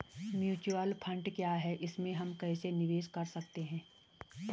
Mutual fund क्या है इसमें हम कैसे निवेश कर सकते हैं?